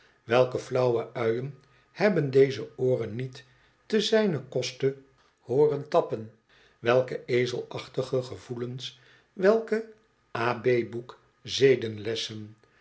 welke flauwe uien hebben deze ooren niet te zijnen koste hooren tappen welke ezelachtige gevoelens welke